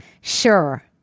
Sure